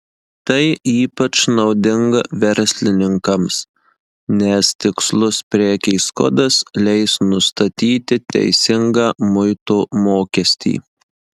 tai ypač naudinga verslininkams nes tikslus prekės kodas leis nustatyti teisingą muito mokestį